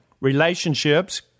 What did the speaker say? relationships